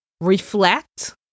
reflect